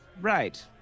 Right